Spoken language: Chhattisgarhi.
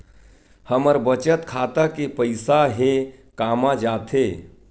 हमर बचत खाता के पईसा हे कामा जाथे?